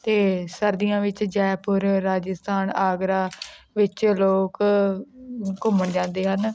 ਅਤੇ ਸਰਦੀਆਂ ਵਿੱਚ ਜੈਪੁਰ ਰਾਜਸਥਾਨ ਆਗਰਾ ਵਿੱਚ ਲੋਕ ਘੁੰਮਣ ਜਾਂਦੇ ਹਨ